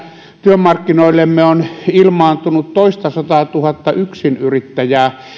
työmarkkinoillemme on ilmaantunut toistasataatuhatta yksinyrittäjää